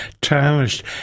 tarnished